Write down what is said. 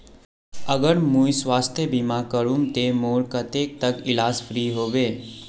अगर मुई स्वास्थ्य बीमा करूम ते मोर कतेक तक इलाज फ्री होबे?